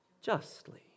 justly